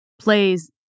plays